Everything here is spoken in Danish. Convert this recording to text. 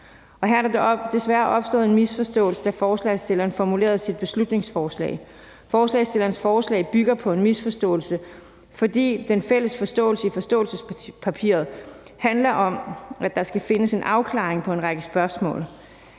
Her er der desværre opstået en misforståelse, da forslagsstilleren formulerede sit beslutningsforslag. Forslagsstillerens forslag bygger på en misforståelse, fordi den fælles forståelse i forståelsespapiret handler om, at der skal findes en afklaring på en række spørgsmål.